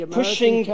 pushing